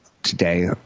today